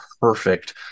perfect